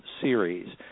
series